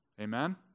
Amen